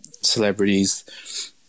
celebrities